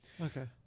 Okay